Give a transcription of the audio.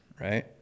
right